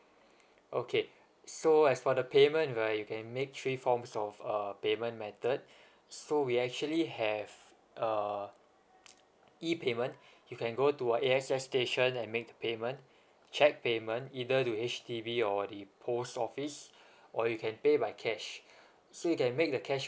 okay so as for the payment right you can make three forms of uh payment method so we actually have uh E payment you can go to the A_X_S station and make payment cheque payment either to H_D_B or the post office or you can pay by cash so you can make the cash